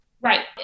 Right